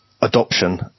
adoption